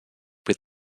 with